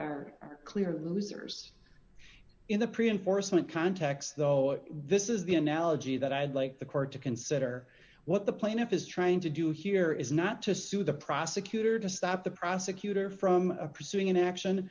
argument are clear losers in the pre enforcement context though this is the analogy that i'd like the court to consider what the plaintiff is trying to do here is not to sue the prosecutor to stop the prosecutor from pursuing an action